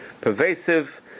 pervasive